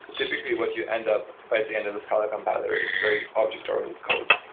typically, what you end up by the end of the scala compiler is very object oriented code.